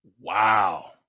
Wow